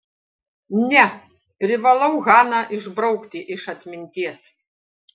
ne privalau haną išbraukti iš atminties